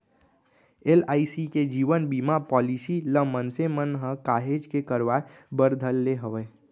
LIC के जीवन बीमा पॉलीसी ल मनसे मन ह काहेच के करवाय बर धर ले हवय